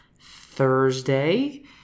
thursday